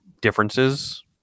differences